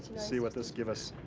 see what this give us.